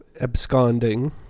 absconding